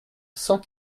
sans